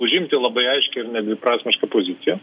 užimti labai aiškią ir nedviprasmišką poziciją